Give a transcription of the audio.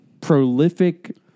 prolific